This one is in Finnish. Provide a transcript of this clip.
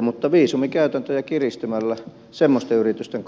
mutta viisumikäytäntöjen kiristäminen semmoisten yritysten